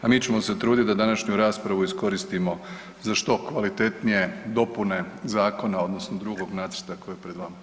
A mi ćemo se truditi da današnju raspravu iskoristimo za što kvalitetnije dopune zakona odnosno drugog nacrta koji je pred vama.